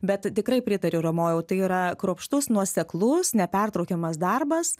bet tikrai pritariu ramojau tai yra kruopštus nuoseklus nepertraukiamas darbas